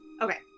Okay